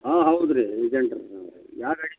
ಹಾಂ ಹೌದು ರೀ ಏಜೆಂಟ್ ರೀ ಯಾರು